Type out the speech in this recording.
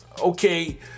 okay